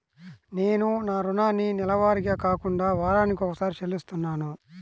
నేను నా రుణాన్ని నెలవారీగా కాకుండా వారానికోసారి చెల్లిస్తున్నాను